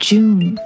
June